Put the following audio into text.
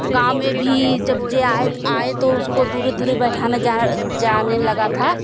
गाँव में भी जब जे आए आए तो उसको दूर दूर बैठाना जहाँ जाने लगा था